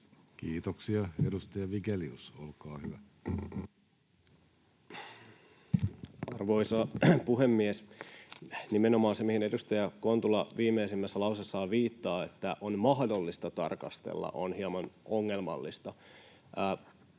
muuttamisesta Time: 17:32 Content: Arvoisa puhemies! Nimenomaan se, mihin edustaja Kontula viimeisimmässä lauseessaan viittaa, että on mahdollista tarkastella, on hieman ongelmallista.